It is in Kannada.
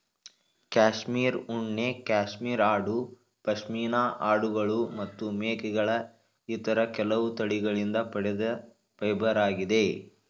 ಕ್ಯಾಶ್ಮೀರ್ ಉಣ್ಣೆ ಕ್ಯಾಶ್ಮೀರ್ ಆಡು ಪಶ್ಮಿನಾ ಆಡುಗಳು ಮತ್ತು ಮೇಕೆಗಳ ಇತರ ಕೆಲವು ತಳಿಗಳಿಂದ ಪಡೆದ ಫೈಬರಾಗಿದೆ